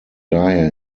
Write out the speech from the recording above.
daher